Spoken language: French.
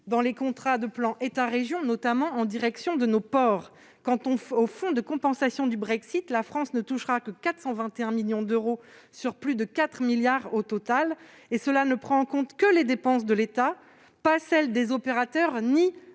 dans les contrats de plan État-région, notamment en faveur de nos ports. Quant au fonds de compensation du Brexit, la France ne touchera que 421 millions d'euros sur plus de 4 milliards au total. De plus, ce dernier ne prend en charge que les dépenses de l'État, à l'exclusion